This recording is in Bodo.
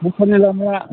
भुटाननि लामाया